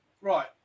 Right